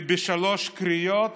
ובשלוש קריאות